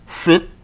fit